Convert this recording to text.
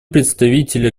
представителя